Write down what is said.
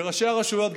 וראשי הרשויות,